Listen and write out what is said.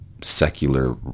secular